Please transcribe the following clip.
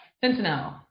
Sentinel